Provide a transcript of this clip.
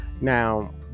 Now